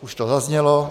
Už to zaznělo.